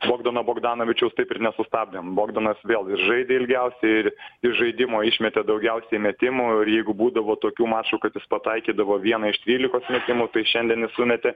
bogdano bogdanovičiaus taip ir nesustabdėm bogdanas vėl ir žaidė ilgiausiai ir iš žaidimo išmetė daugiausiai metimų ir jeigu būdavo tokių mačų kad jis pataikydavo vieną iš dvylikos metimų tai šiandien jis sumetė